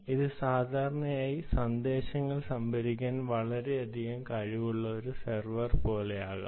ഇത് സാധാരണയായി സന്ദേശങ്ങൾ സംഭരിക്കാൻ വളരെയധികം കഴിവുള്ള ഒരു സെർവർ പോലെയാകാം